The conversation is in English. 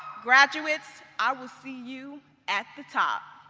graduates i will see you at the top,